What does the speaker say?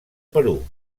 perú